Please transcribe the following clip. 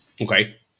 Okay